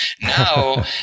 Now